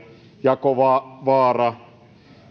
jakovaara